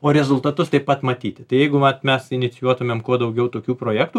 o rezultatus taip pat matyti tai jeigu vat mes inicijuotumėm kuo daugiau tokių projektų